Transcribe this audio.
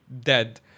dead